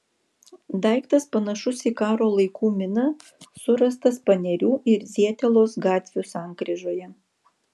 daiktas panašus į karo laikų miną surastas panerių ir zietelos gatvių sankryžoje